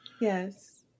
Yes